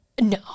No